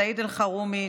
סעיד אלחרומי,